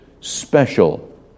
special